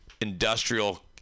industrial